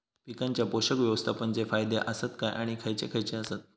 पीकांच्या पोषक व्यवस्थापन चे फायदे आसत काय आणि खैयचे खैयचे आसत?